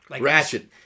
Ratchet